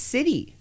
City